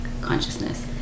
consciousness